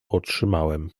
otrzymałem